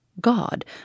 God